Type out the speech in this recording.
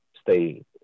stay